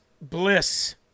bliss